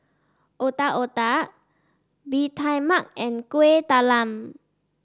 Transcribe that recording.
Otak Otak Bee Tai Mak and Kuih Talam